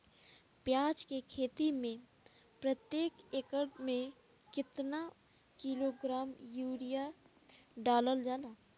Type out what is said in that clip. प्याज के खेती में प्रतेक एकड़ में केतना किलोग्राम यूरिया डालल जाला?